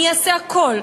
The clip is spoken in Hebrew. אני אעשה הכול,